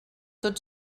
tot